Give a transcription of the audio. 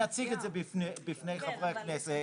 ואציג את זה בפני חברי הכנסת.